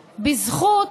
בזכות,